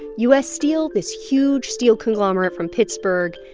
u s. steel, this huge steel conglomerate from pittsburgh,